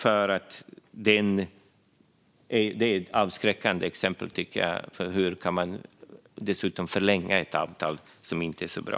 Det är ett avskräckande exempel, tycker jag. Dessutom undrar jag: Hur kan man förlänga ett avtal som inte är bra?